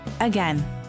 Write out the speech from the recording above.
Again